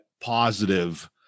positive